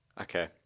Okay